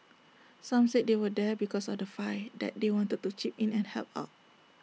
some said they were there because of the fine that they wanted to chip in and help out